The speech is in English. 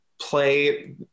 play